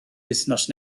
wythnos